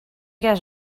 get